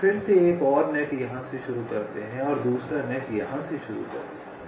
हम फिर से एक और नेट यहाँ से शुरू करते हैं और दूसरा नेट यहाँ से शुरू करते हैं